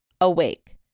awake